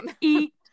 eat